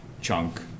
chunk